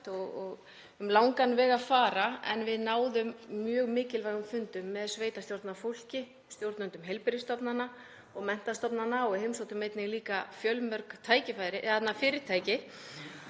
og um langan veg að fara en við náðum mjög mikilvægum fundum með sveitarstjórnarfólki, stjórnendum heilbrigðisstofnana, menntastofnana og við heimsóttum einnig fjölmörg fyrirtæki.